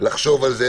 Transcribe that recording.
לחשוב על זה,